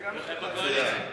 מצוין.